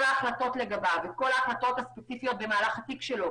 ההחלטות הספציפיות לגביו במהלך התיק שלו.